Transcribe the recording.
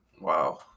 Wow